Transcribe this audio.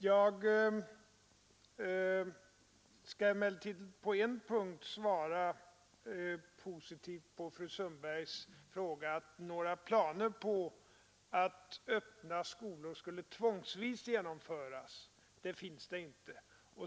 Jag skall emellertid på en punkt svara positivt på fru Sundbergs fråga: Några planer på att öppna skolor skulle tvångsvis genomföras finns inte.